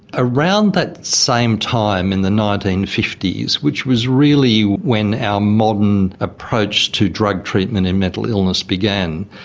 around that same time in the nineteen fifty s, which was really when our modern approach to drug treatment and mental illness began,